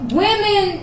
women